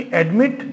admit